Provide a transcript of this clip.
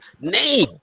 name